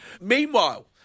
Meanwhile